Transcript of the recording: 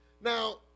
Now